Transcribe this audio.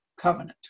Covenant